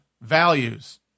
values